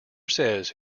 says